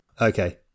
okay